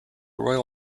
royal